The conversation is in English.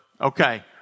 Okay